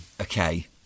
Okay